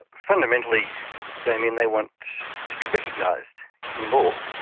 fundamentally damien, they want to be recognised in law.